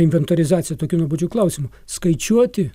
inventorizacija tokių nuobodžiu klausimu skaičiuoti